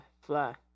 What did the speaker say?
Fly